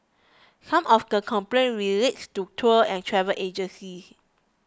some of the complaints relate to tour and travel agencies